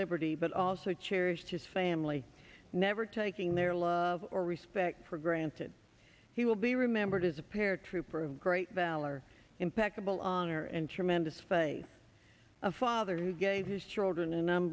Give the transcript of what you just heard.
liberty but also cherished his family never taking their love or respect for granted he will be remembered as a paratrooper of great valor impeccable honor and tremendous faith a father who gave his children and i'm